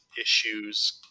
issues